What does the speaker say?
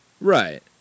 right